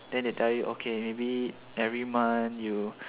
then they tell you okay maybe every month you